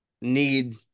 need